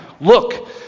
Look